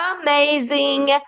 amazing